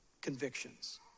convictions